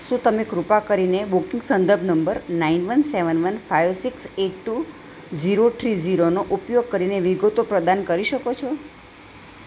શું તમે કૃપા કરીને બુકિંગ સંદર્ભ number nine one seven one five six eight two zero three ઝીરોનો ઉપયોગ કરીને વિગતો પ્રદાન કરી શકો છો